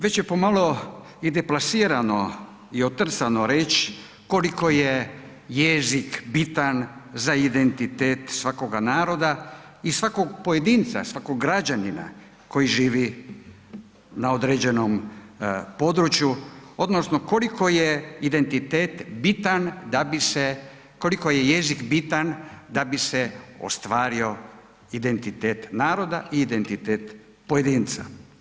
Već je pomalo i deplasirano i otrcano reći koliko je jezik bitan za identitet svakoga naroda i svakog pojedinca, svakog građanina koji živi na određenom području, odnosno koliko je identitet bitan da bi se, koliko je jezik bitan da bi se ostvario identitet naroda i identitet pojedinca.